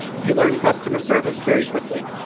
you learn customer service very quickly.